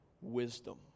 wisdom